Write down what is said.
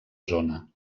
zona